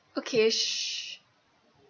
okay